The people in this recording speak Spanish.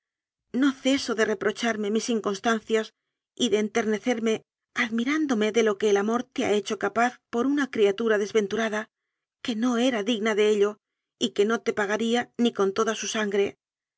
no ceso de re procharme mis inconstancias y de enternecerme admirándome de lo que el amor te ha hecho ca paz por una criatura desventurada que no era digna de ello y que no te pagaría ni con toda su